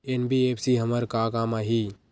NBFC हमर का काम आही?